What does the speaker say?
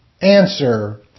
Answer